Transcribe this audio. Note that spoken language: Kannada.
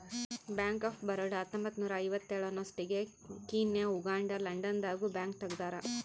ಬ್ಯಾಂಕ್ ಆಫ್ ಬರೋಡ ಹತ್ತೊಂಬತ್ತ್ನೂರ ಐವತ್ತೇಳ ಅನ್ನೊಸ್ಟಿಗೆ ಕೀನ್ಯಾ ಉಗಾಂಡ ಲಂಡನ್ ದಾಗ ನು ಬ್ಯಾಂಕ್ ತೆಗ್ದಾರ